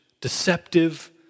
deceptive